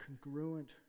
congruent